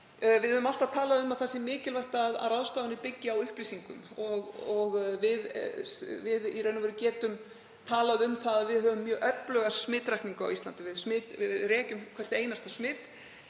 Við höfum alltaf talað um að mikilvægt sé að ráðstafanir byggist á upplýsingum og við getum talað um að við höfum mjög öfluga smitrakningu á Íslandi, við rekjum hvert einasta smit.